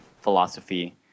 philosophy